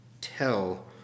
tell